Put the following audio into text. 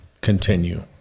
continue